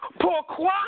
Pourquoi